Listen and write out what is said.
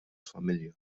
familja